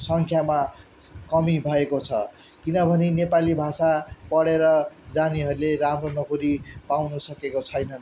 सङ्ख्यामा कमी भएको छ किनभने नेपाली भाषा पढेर जानेहरूले राम्रो नोकरी पाउनुसकेको छैनन्